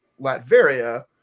Latveria